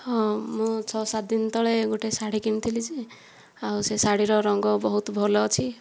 ହଁ ମୁଁ ଛଅ ସାତ ଦିନ ତଳେ ଗୋଟିଏ ଶାଢ଼ୀ କିଣିଥିଲି ଯେ ଆଉ ସେ ଶାଢ଼ୀର ରଙ୍ଗ ବହୁତ ଭଲ ଅଛି